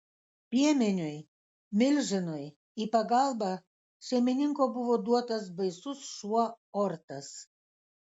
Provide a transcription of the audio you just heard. piemeniui milžinui į pagalbą šeimininko buvo duotas baisus šuo ortas